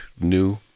new